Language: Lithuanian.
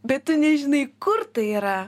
bet nežinai kur tai yra